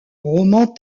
roman